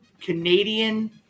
Canadian